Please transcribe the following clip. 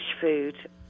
food